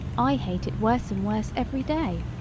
i hate it worse and worse every day!